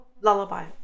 lullaby